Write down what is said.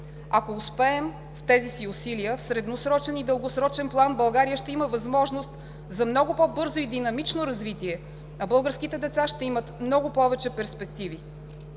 Ако успеем в тези си усилия, в средносрочен и дългосрочен план България ще има възможност за много по-бързо и динамично развитие, а българските деца ще имат много повече перспективи.